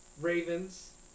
Ravens